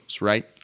right